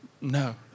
No